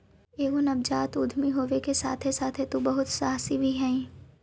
एगो नवजात उद्यमी होबे के साथे साथे तु बहुत सहासी भी हहिं